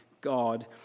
God